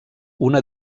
una